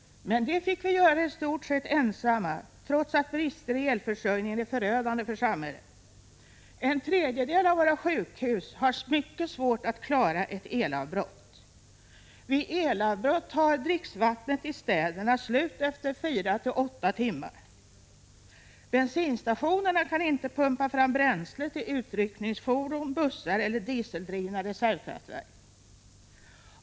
Men det fick vi göra i stort sett ensamma, trots att brister i elförsörjningen är förödande för samhället. En tredjedel av våra sjukhus har mycket svårt att klara ett elavbrott. Vid elavbrott tar dricksvattnet i städerna slut efter fyra-åtta timmar. Bensinstationerna kan inte pumpa fram bränsle till utryckningsfordon, bussar eller dieseldrivna reservkraftverk.